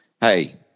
Hey